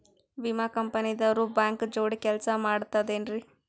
ವಿಮಾ ಕಂಪನಿ ದವ್ರು ಬ್ಯಾಂಕ ಜೋಡಿ ಕೆಲ್ಸ ಮಾಡತಾರೆನ್ರಿ?